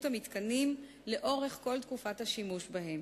המתקנים לאורך כל תקופת השימוש בהם.